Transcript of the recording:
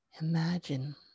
Imagine